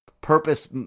purpose